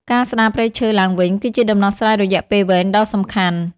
ការស្តារព្រៃឈើឡើងវិញ គឺជាដំណោះស្រាយរយៈពេលវែងដ៏សំខាន់។